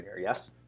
Yes